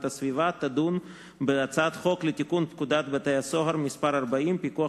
הסביבה תדון בהצעת חוק לתיקון פקודת בתי-הסוהר (מס' 40) (פיקוח